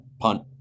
punt